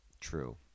True